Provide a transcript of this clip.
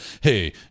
hey